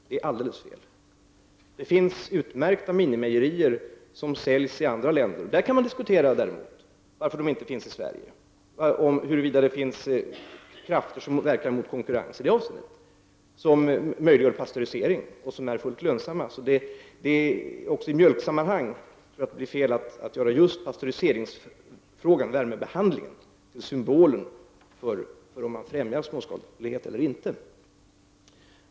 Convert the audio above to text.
Det finns i andra länder utmärkta minimejerier som har möjlighet att pastörisera mjölk och som är fullt lörsamma. Man kan diskutera varför det inte finns sådana i Sverige och huruvida det finns krafter som motverkar konkurrens från sådant håll.